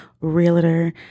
realtor